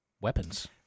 weapons